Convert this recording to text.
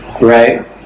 Right